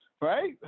Right